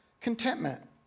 contentment